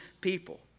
people